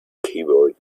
keyboard